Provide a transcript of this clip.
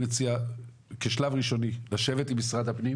אני מציע כשלב ראשוני לשבת עם משרד הפנים